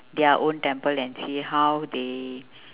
their own temple and see how they